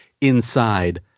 inside